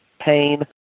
pain